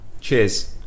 cheers